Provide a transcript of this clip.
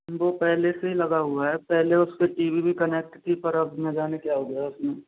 वो पहले से ही लगा हुआ है पहले उस से टी वी भी कनेक्ट थी पर अब न जाने क्या हो गया उसमें